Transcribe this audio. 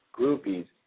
Groupies